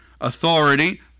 authority